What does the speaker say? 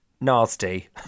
Nasty